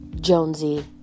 Jonesy